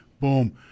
boom